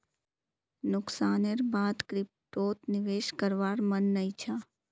नुकसानेर बा द क्रिप्टोत निवेश करवार मन नइ छ